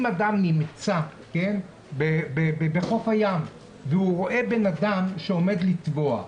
אם אדם נמצא בחוף הים והוא רואה אדם שעומד לטבוע,